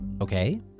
okay